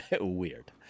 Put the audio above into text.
weird